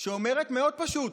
שאומרת, מאוד פשוט: